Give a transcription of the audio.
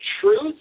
truth